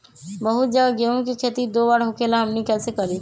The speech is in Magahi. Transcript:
बहुत जगह गेंहू के खेती दो बार होखेला हमनी कैसे करी?